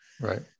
Right